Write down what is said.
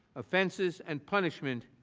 offenses, and punishments.